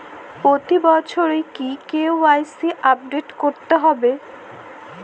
প্রতি বছরই কি কে.ওয়াই.সি আপডেট করতে হবে?